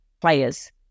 players